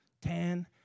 ten